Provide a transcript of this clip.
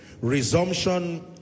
Resumption